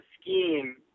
scheme